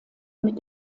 mit